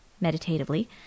meditatively